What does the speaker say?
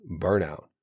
burnout